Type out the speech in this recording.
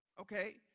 Okay